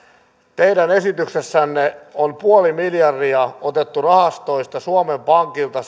teidän esityksessänne on puoli miljardia otettu rahastoista suomen pankilta